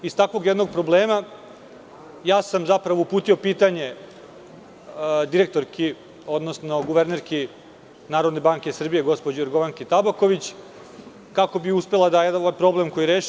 Iz takvog jednog problema uputio sam pitanje direktorki, odnosno guvernerki Narodne banke Srbije gospođi Jorgovanki Tabaković, kako bi uspela da ovaj problem reši.